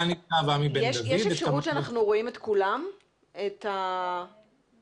אנחנו יודעים שאנחנו מתמודדים מול גל שני שהביא אותנו